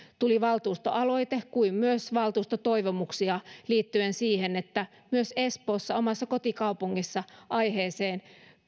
tuli valtuustoaloite kuin myös valtuustotoivomuksia liittyen siihen että myös espoossa omassa kotikaupungissani aiheeseen